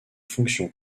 fonction